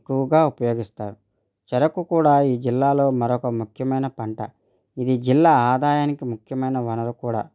ఎక్కువగా ఉపయోగిస్తారు చెరుకు కూడా ఈ జిల్లాలో మరొక ముఖ్యమైన పంట ఇది జిల్లా ఆదాయానికి ముఖ్యమైన వనరు కూడా